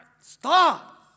Stop